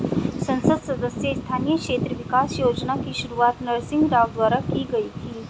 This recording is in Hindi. संसद सदस्य स्थानीय क्षेत्र विकास योजना की शुरुआत नरसिंह राव द्वारा की गई थी